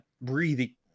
breathing